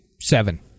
seven